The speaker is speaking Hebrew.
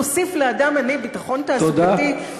תוסיף לאדם עני ביטחון תעסוקתי, תודה.